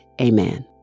Amen